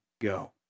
go